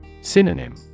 Synonym